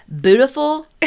beautiful